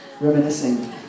reminiscing